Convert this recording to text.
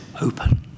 open